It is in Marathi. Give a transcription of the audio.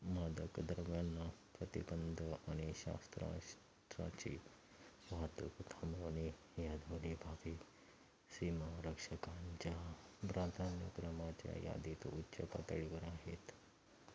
मादक द्रव्यांना प्रतिबंध आणि शस्त्रास्त्राची वाहतूक थांबवणे या दोन्ही बाबी सीमा रक्षकांच्या प्राधान्यक्रमाच्या यादीत उच्च पातळीवर आहेत